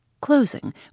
closing